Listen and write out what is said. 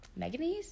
Meganese